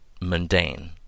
mundane